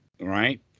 right